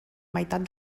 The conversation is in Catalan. meitat